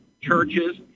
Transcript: churches